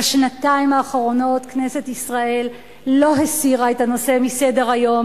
בשנתיים האחרונות כנסת ישראל לא הסירה את הנושא מסדר-היום